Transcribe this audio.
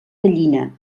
gallina